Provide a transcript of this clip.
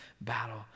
battle